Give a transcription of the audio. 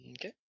Okay